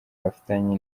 afitanye